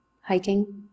Hiking